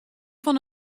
fan